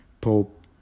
Pope